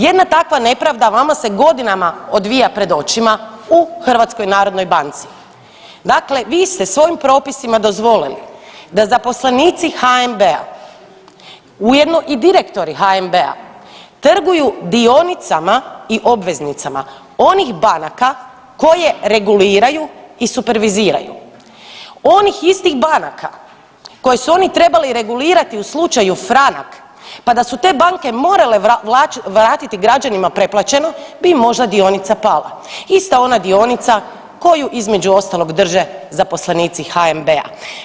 Jedna takva nepravda vama se godinama odvija pred očima u HNB-u, dakle vi ste svojim propisima dozvolili da zaposlenici HNB-a ujedno i direktori HNB-a trguju dionicama i obveznicama onih banaka koje reguliraju i superviziraju, onih istih banaka koje su oni trebali regulirati u slučaju Franak pa da su te banke morale vratiti građane preplaćeno bi možda dionica pala, ista ona dionica koju između ostalog drže zaposlenici HNB-a.